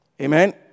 Amen